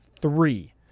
three